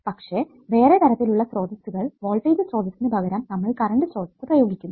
പക്ഷെ വേറെ തരത്തിലുള്ള സ്രോതസ്സുകൾ വോൾടേജ് സ്രോതസ്സിനു പകരം നമ്മൾ കറണ്ട് സ്രോതസ്സ് പ്രയോഗിക്കുന്നു